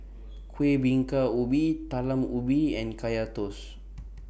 Kueh Bingka Ubi Talam Ubi and Kaya Toast